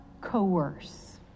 coerce